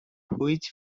which